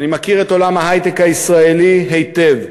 אני מכיר את עולם ההיי-טק הישראלי היטב.